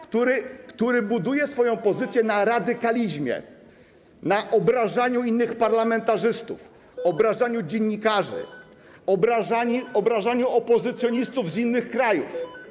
które buduje swoją pozycję na radykalizmie, na obrażaniu innych parlamentarzystów, obrażaniu dziennikarzy, obrażaniu opozycjonistów z innych krajów.